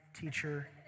teacher